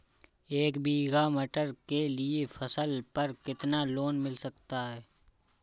तीन बीघा मटर के लिए फसल पर कितना लोन मिल सकता है?